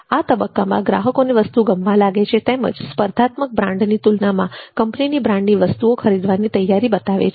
આ તબક્કામાં ગ્રાહકને વસ્તુ ગમવા લાગે છે તેમજ સ્પર્ધાત્મક બ્રાન્ડની તુલનામાં કંપનીની બ્રાન્ડની વસ્તુઓ ખરીદવાની તૈયારી બતાવે છે